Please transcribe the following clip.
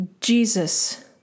Jesus